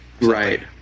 Right